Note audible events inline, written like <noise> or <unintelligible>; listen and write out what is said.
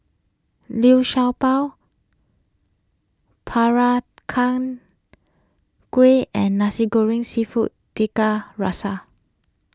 Liu Sha Bao <unintelligible> Kueh and Nasi Goreng Seafood Tiga Rasa